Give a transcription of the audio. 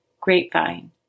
Grapevine